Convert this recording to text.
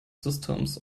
systems